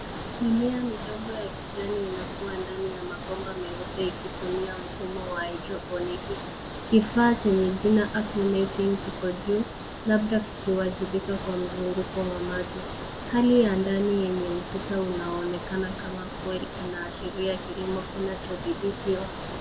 Mimea midogo ya kijani inakuwa ndani ya mabomba meupe ikitumia mfumo wa [cs ] hydroponiki[cs ]. Kifaa chenye jina [cs ] Akumetin[cs ] Kikojuu labda kikiwajobika kwa mzunguko wa maji. Hali ya ndani yenye ukuta unaoonekana kama [cs ] foil [cs ] inaashiria kilimo kinacho dhibitiwa.